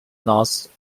north